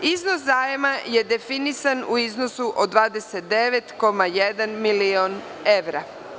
Iznos zajma je definisan u iznosu od 29,1 milion evra.